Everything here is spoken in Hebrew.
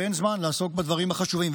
ואין זמן לעסוק בדברים החשובים.